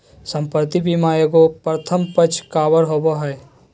संपत्ति बीमा एगो प्रथम पक्ष कवर होबो हइ